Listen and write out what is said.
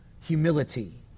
humility